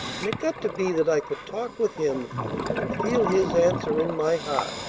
and it got to be that i could talk with him and feel his answer in my heart.